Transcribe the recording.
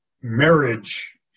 marriage